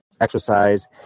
exercise